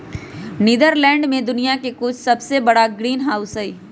Netherlands में दुनिया के कुछ सबसे बड़ा ग्रीनहाउस हई